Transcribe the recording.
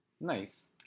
Nice